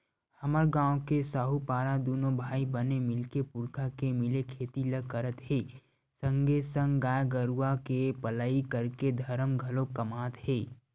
हमर गांव के साहूपारा दूनो भाई बने मिलके पुरखा के मिले खेती ल करत हे संगे संग गाय गरुवा के पलई करके धरम घलोक कमात हे